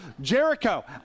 Jericho